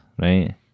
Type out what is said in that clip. right